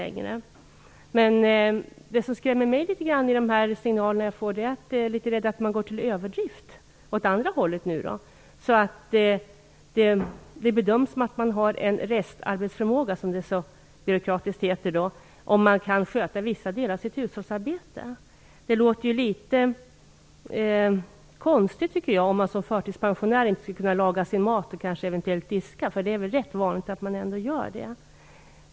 Men det som skrämmer mig litet grand i de signaler jag får är att man går till överdrift åt andra hållet, så att det bedöms som att man har en restarbetsförmåga, som det så byråkratiskt heter, om man kan sköta vissa delar av sitt hushållsarbete. Det låter litet konstigt, tycker jag, om man som förtidspensionär inte skall kunna laga sin mat och eventuellt diska, för det är väl ändå rätt vanligt att man gör det.